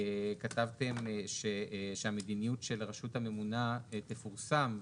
כתבתם שהמדיניות של הרשות הממונה תפורסם,